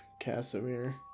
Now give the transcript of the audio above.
Casimir